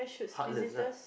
heartlands lah